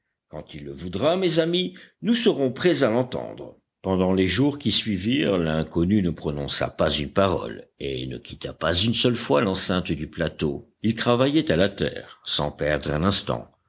quand il le voudra mes amis nous serons prêts à l'entendre pendant les jours qui suivirent l'inconnu ne prononça pas une parole et ne quitta pas une seule fois l'enceinte du plateau il travaillait à la terre sans perdre un instant